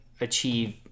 achieve